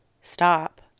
stop